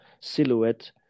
silhouette